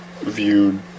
viewed